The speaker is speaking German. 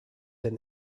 den